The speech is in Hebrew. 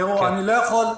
תראו, אני לא יכול.